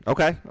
Okay